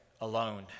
alone